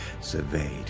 surveyed